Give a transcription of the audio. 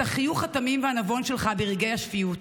החיוך התמים והנבון שלך ברגעי השפיות.